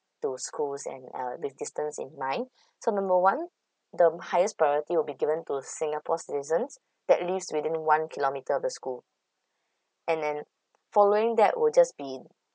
to schools and all with distance in mind so number one the highest priority would be given to singapore's citizens that lives within one kilometre of the school and then following that will just be